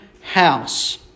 house